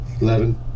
Eleven